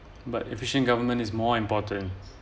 but efficient government is more important